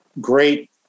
great